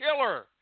killer